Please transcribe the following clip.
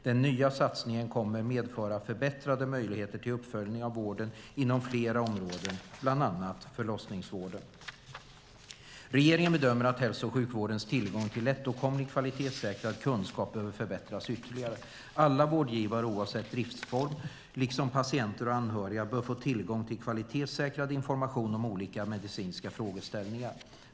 Den nya satsningen kommer att medföra förbättrade möjligheter till uppföljning av vården inom flera områden, bland annat förlossningsvården. Regeringen bedömer att hälso och sjukvårdens tillgång till lättåtkomlig och kvalitetssäkrad kunskap behöver förbättras ytterligare. Alla vårdgivare oavsett driftsform, liksom patienter och anhöriga, bör få tillgång till kvalitetssäkrad information om olika medicinska frågeställningar.